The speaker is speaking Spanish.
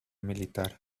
militar